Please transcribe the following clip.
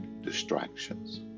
Distractions